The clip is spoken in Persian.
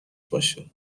باشد